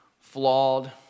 flawed